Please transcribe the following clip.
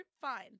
fine